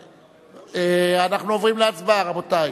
אנחנו עוברים להצבעה, רבותי.